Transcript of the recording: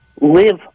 live